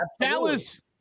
Dallas